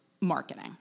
marketing